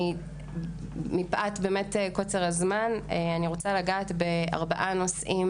מפאת קוצר הזמן, אני רוצה לגעת בארבעה נושאים